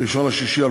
1 ביוני 2015,